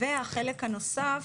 החלק הנוסף